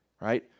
right